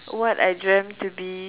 what I dreamt to be